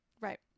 Right